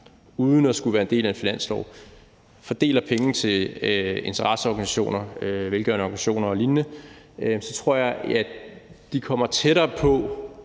uden at skulle være en del af en finanslov fordeler penge til interesseorganisationer, velgørende organisationer og lignende, kommer tættere på